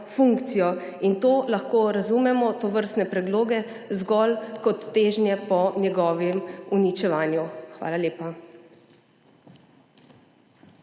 In to lahko razumemo, tovrstne predloge, zgolj kot težnje po njegovem uničevanju. Hvala lepa.